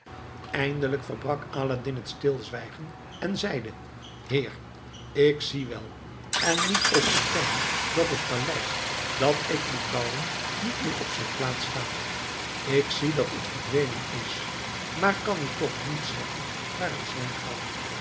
eindelijk verbrak aladdin het stilzwijgen en zeide heer ik zie wel en moet ook erkennen dat het paleis dat ik liet bouwen niet meer op zijn plaats staat ik zie dat het verdwenen is maar kan u toch niet zeggen waar het zijn kan